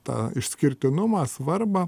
tą išskirtinumą svarbą